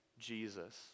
jesus